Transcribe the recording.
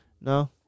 No